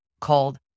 called